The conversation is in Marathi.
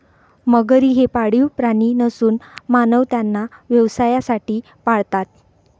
मगरी हे पाळीव प्राणी नसून मानव त्यांना व्यवसायासाठी पाळतात